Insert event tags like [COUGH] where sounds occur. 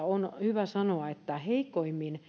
[UNINTELLIGIBLE] on hyvä sanoa että